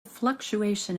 fluctuation